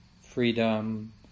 freedom